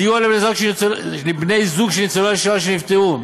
סיוע לבני-זוג של ניצולי שואה שנפטרו,